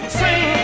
sing